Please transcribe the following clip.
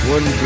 One